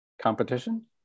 competition